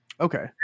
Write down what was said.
Okay